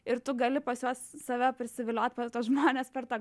ir tu gali pas juos save prisiviliot per tuos žmones per tą